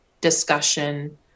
discussion